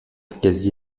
quasi